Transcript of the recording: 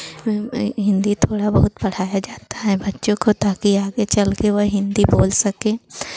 में में हिन्दी थोड़ा बहुत पढ़ाया जाता है बच्चों को ताकि आगे चलके वह हिन्दी बोल सकें